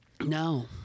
No